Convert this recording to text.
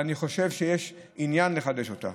ואני חושב שיש עניין לחדש אותה.